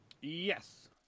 Yes